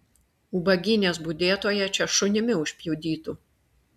ubagynės budėtoją čia šunimi užpjudytų